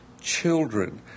children